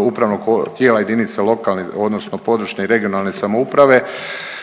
upravnog tijela jedinice lokalne odnosno područne i regionalne samouprave